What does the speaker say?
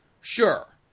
Sure